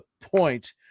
point